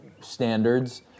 standards